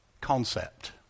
concept